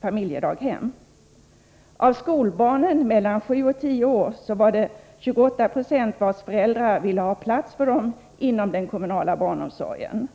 familjedaghem. Av skolbarnen mellan 7 och 10 år var det 28 96 vars föräldrar ville ha plats inom den kommunala barnomsorgen.